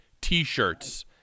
T-shirts